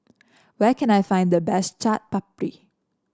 where can I find the best Chaat Papri